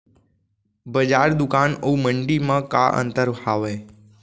बजार, दुकान अऊ मंडी मा का अंतर हावे?